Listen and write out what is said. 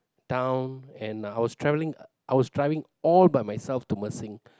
down and I was travelling I was driving all by myself to Mersing